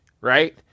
right